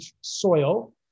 soil